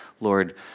Lord